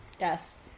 Yes